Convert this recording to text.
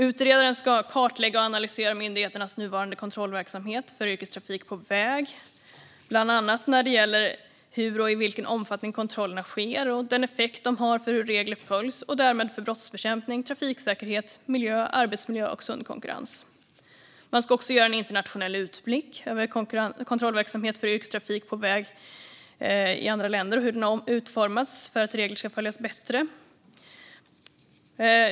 Utredaren ska kartlägga och analysera myndigheternas nuvarande kontrollverksamhet för yrkestrafik på väg, bland annat när det gäller hur och i vilken omfattning kontrollerna sker och den effekt de har för hur regler följs och därmed för brottsbekämpning, trafiksäkerhet, miljö, arbetsmiljö och sund konkurrens. Man ska också göra en internationell utblick över hur kontrollverksamhet för yrkestrafik på väg har utformats i andra länder för att regler ska följas bättre.